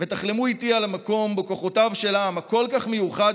ותחלמו איתי על המקום שבו כוחותיו של העם הכל-כך מיוחד